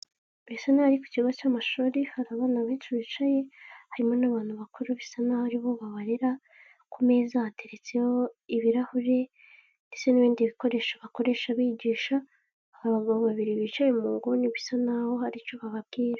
Bisa nk'aho ari ku kigo cy'amashuri hari abana benshi bicaye, harimo n'abantu bakuru. Bisa n'aho aribo babarera, ku meza hateretseho ibirahure ndetse n'ibindi bikoresho bakoresha bigisha. Hari abagabo babiri bicaye mu nguni, bisa n'aho hari icyo bababwira